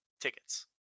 tickets